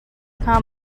hnga